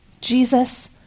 Jesus